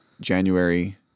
January